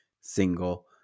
single